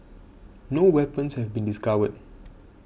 no weapons have been discovered